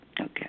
Okay